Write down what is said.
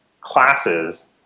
classes